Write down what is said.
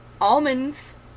almonds